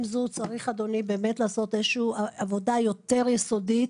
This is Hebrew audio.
עם זאת, צריך לעשות איזו עבודה יותר יסודית.